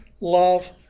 love